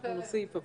אנחנו נוסיף,